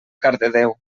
cardedeu